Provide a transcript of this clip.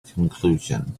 conclusion